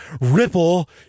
Ripple